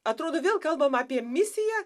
atrodo vėl kalbam apie misiją